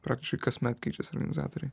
praktiškai kasmet keičiasi organizatoriai